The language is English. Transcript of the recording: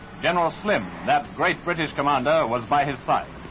general slim, that great british commander, was by his side.